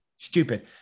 Stupid